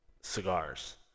cigars